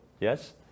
Yes